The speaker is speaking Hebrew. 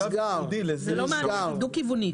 דו כיווני.